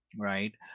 Right